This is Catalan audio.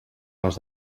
les